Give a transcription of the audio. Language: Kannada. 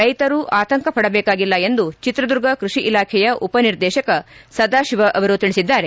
ರೈತರು ಆತಂಕ ಪಡಬೇಕಾಗಿಲ್ಲ ಎಂದು ಚಿತ್ರದುರ್ಗ ಕೃಷಿ ಇಲಾಖೆಯ ಉಪನಿರ್ದೇಶಕ ಸದಾಶಿವ ತಿಳಿಸಿದ್ದಾರೆ